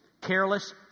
Careless